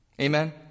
Amen